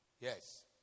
Yes